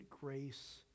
grace